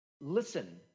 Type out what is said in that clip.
listen